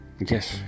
yes